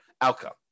outcome